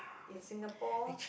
in Singapore